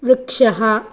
वृक्षः